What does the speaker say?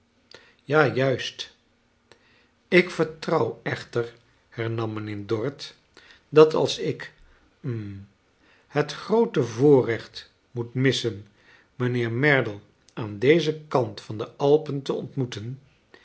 ja juist ik vertrouw echter hernam mijnheer dorrit dat als ik hm het groote voorrecht moet missen mijnheer merdle aan dezen kant van de alpen te ontmoeten